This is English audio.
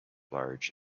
large